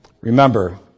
Remember